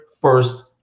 first